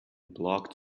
black